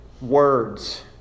words